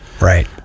Right